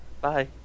Bye